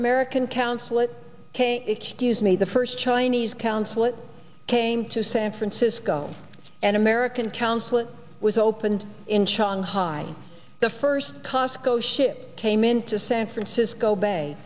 american council it k excuse me the first chinese council it came to san francisco an american council it was opened in chong high the first cosco ship came into san francisco bay